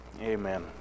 amen